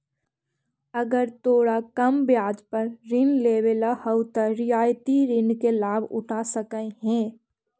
अगर तोरा कम ब्याज पर ऋण लेवेला हउ त रियायती ऋण के लाभ उठा सकऽ हें